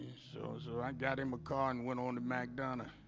so so i got him a car and went on the back burner